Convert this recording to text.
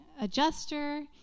adjuster